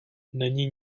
není